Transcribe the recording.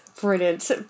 brilliant